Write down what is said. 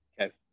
Okay